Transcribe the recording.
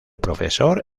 profesor